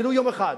ולו ליום אחד,